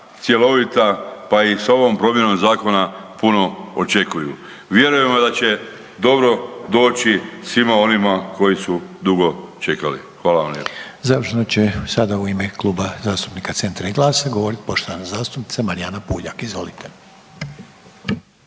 cjelovita pa i s ovom promjenom zakona puno očekuju. Vjerujemo da će dobro doći svima onima koji su dugo čekali. Hvala vam